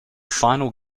final